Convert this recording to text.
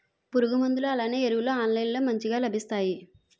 పురుగు మందులు అలానే ఎరువులు ఆన్లైన్ లో మంచిగా లభిస్తాయ?